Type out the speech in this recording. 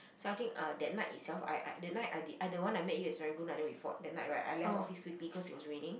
so I think uh that night itself I I that night I did that one I met you at Serangoon then we fought that night right I left the office quickly cause it was raining